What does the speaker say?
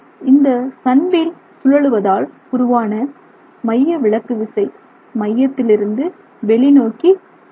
இந்த sun wheel சுழலுவதால் உருவான மைய விலக்கு விசை மையத்திலிருந்து வெளி நோக்கி செல்கிறது